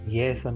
yes